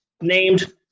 named